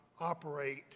operate